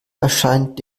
erscheint